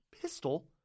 pistol